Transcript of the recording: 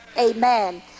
Amen